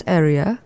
area